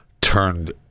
turned